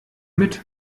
mit